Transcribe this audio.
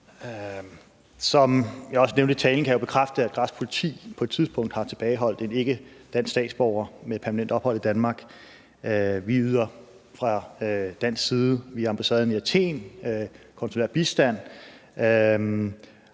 Som jeg også nævnte i svaret, kan jeg bekræfte, at græsk politi på et tidspunkt har tilbageholdt en ikkedansk statsborger med permanent ophold i Danmark. Vi yder fra dansk side via ambassaden i Athen konsulær bistand,